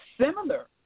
Similar